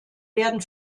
werden